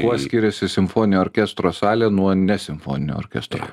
kuo skiriasi simfoninio orkestro salė nuo ne simfoninio orkestro